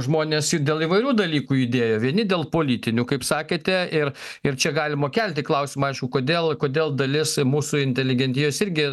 žmonės ir dėl įvairių dalykų judėjo vieni dėl politinių kaip sakėte ir ir čia galima kelti klausimą aišku kodėl kodėl dalis mūsų inteligentijos irgi